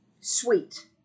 Sweet